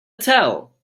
tell